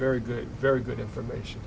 very good very good information